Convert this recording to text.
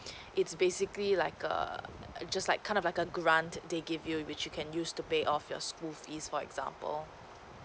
it's basically like err just like kind of like a grant they give you which you can use to pay off your school fees for example